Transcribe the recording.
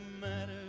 matter